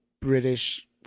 British